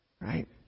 Right